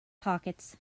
pockets